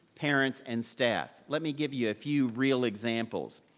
parents, and staff. let me give you a few real examples.